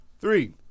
Three